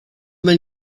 men